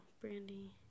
Brandy